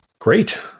Great